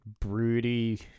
broody